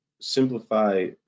simplify